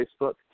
Facebook